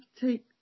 take